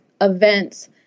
events